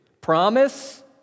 Promise